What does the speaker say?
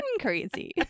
crazy